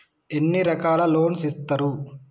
ఎన్ని రకాల లోన్స్ ఇస్తరు?